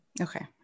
Okay